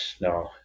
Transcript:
no